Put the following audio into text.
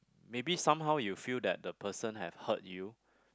maybe somehow you feel that the person have hurt you